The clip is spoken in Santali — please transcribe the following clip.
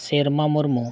ᱥᱮᱨᱢᱟ ᱢᱩᱨᱢᱩ